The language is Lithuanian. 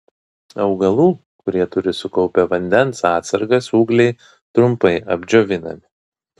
augalų kurie turi sukaupę vandens atsargas ūgliai trumpai apdžiovinami